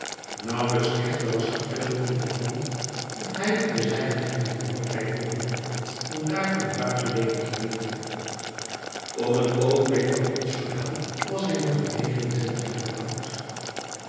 nauwelijks echter was april in het land of hij en de zijnen gingen te noordwijk wonen om daar van het buitenleven te genieten op het oogenblik van ons verhaal was hij nog geen negenentwintig jaar oud